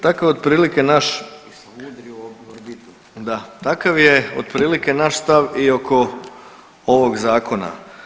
Tako je otprilike naš … [[Upadica se ne razumije.]] da, takav je otprilike i naš stav i oko ovog zakona.